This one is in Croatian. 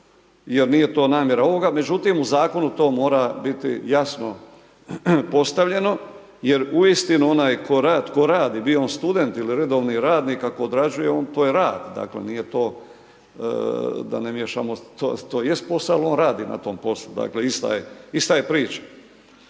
jer nije to namjera ovoga, međutim u zakonu to mora biti jasno postavljeno jer uistinu onaj tko radi bio on student ili redovni radnik, ako odrađuje to je rad, dakle nije to da ne miješamo to jest posao ali on radi na tom poslu dakle, ista je priča.